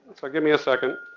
so give me a second,